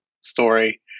story